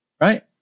right